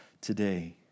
today